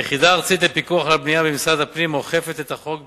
היחידה הארצית לפיקוח על הבנייה במשרד הפנים אוכפת את החוק,